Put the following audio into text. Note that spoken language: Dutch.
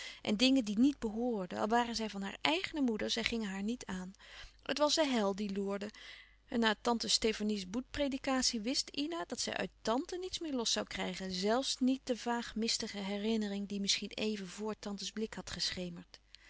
en dingen die niet behoorden al waren zij van hare eigene moeder zij gingen haar niet aan het was de hel die loerde en na tante stefanie's boetpredikatie wist ina dat zij uit tante niets meer los zoû krijgen zelfs niet de vaag mistige herinnering die misschien even voor tantes blik had